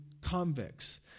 convicts